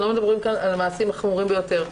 אנחנו לא מדברים כאן על המעשים החמורים ביותר,